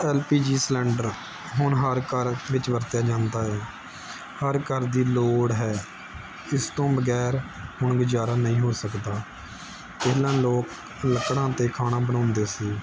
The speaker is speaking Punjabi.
ਐੱਲ ਪੀ ਜੀ ਸਿਲੰਡਰ ਹੁਣ ਹਰ ਘਰ ਵਿੱਚ ਵਰਤਿਆ ਜਾਂਦਾ ਹੈ ਹਰ ਘਰ ਦੀ ਲੋੜ ਹੈ ਇਸ ਤੋਂ ਵਗੈਰ ਹੁਣ ਗੁਜ਼ਾਰਾ ਨਹੀਂ ਹੋ ਸਕਦਾ ਪਹਿਲਾਂ ਲੋਕ ਲੱਕੜਾਂ 'ਤੇ ਖਾਣਾ ਬਣਾਉਂਦੇ ਸੀ